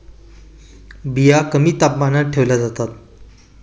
बिया कमी तापमानात ठेवल्या जातात